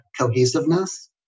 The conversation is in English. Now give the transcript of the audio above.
cohesiveness